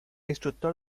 instructor